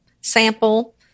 sample